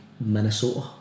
Minnesota